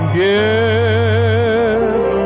give